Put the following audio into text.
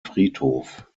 friedhof